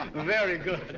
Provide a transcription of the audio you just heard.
very good.